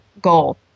goal